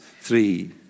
three